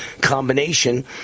combination